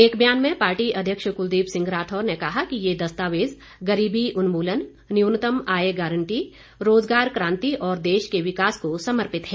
एक बयान में पार्टी अध्यक्ष कुलदीप सिंह राठौर ने कहा कि ये दस्तावेज गरीबी उन्मूलन न्यूनतम आय गारंटी रोजगार क्रांति और देश के विकास को समर्पित है